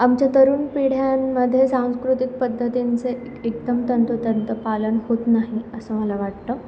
आमच्या तरुण पिढ्यांमध्ये सांस्कृतिक पद्धतींचं एकदम तंतोतंत पालन होत नाही असं मला वाटतं